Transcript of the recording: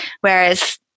whereas